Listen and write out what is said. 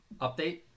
Update